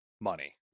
money